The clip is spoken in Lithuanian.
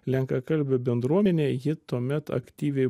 lenkakalbių bendruomenė ji tuomet aktyviai